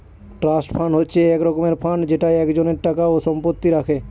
trust fund হচ্ছে এক রকমের ফান্ড যেটা একজনের টাকা ও সম্পত্তি রাখে